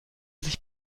sich